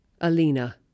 Alina